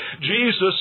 Jesus